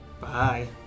Bye